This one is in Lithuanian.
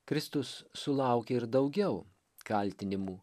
kristus sulaukė ir daugiau kaltinimų